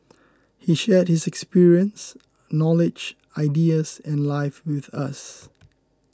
he shared his experience knowledge ideas and life with us